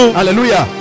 Hallelujah